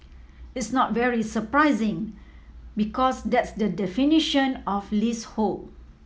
it's not very surprising because that's the definition of leasehold